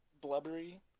Blubbery